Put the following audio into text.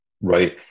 right